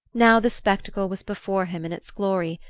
now the spectacle was before him in its glory,